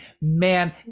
man